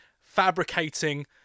fabricating